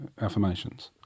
affirmations